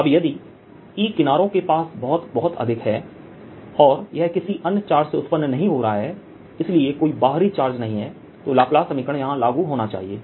अब यदि E किनारों के पास बहुत बहुत अधिक है और यह किसी अन्य चार्ज से उत्पन्न नहीं हो रहा है इसलिए कोई बाहरी चार्ज नहीं है तो लाप्लास समीकरण यहाँ लागू होना चाहिए